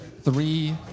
three